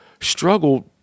struggled